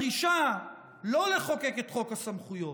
הדרישה לא לחוקק את חוק הסמכויות,